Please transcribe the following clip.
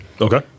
Okay